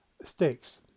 stakes